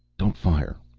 don't fire.